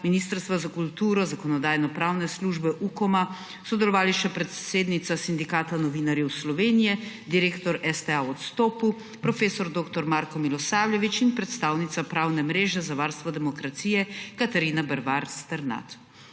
Ministrstva za kulturo, Zakonodajno-pravne službe, UKOM-a, sodelovali še predsednica Sindikata novinarjev Slovenije, direktor STA v odstopu, prof. dr. Marko Milosavljević in predstavnica pravne mreže za varstvo demokracije, Katarina Bervar Sternad.